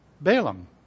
Balaam